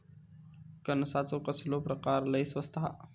कणसाचो खयलो प्रकार लय स्वस्त हा?